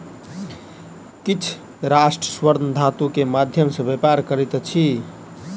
किछ राष्ट्र स्वर्ण धातु के माध्यम सॅ व्यापार करैत अछि